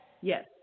Yes